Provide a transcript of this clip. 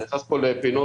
אתה נכנס פה לפינות.